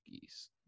geese